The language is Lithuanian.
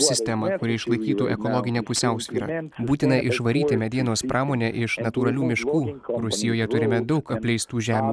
sistemą kuri išlaikytų ekologinę pusiausvyrą būtina išvaryti medienos pramonę iš natūralių miškų rusijoje turime daug apleistų žemių